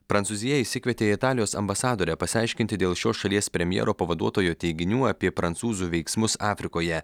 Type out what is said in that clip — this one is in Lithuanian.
prancūzija išsikvietė italijos ambasadorę pasiaiškinti dėl šios šalies premjero pavaduotojo teiginių apie prancūzų veiksmus afrikoje